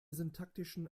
syntaktischen